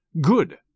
Good